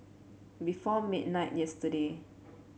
before midnight yesterday